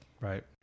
Right